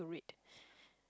read